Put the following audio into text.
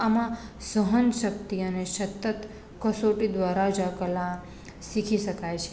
આમાં સહન શક્તિ અને સતત કસોટી દ્વારા જ આ કલા શીખી શકાય છે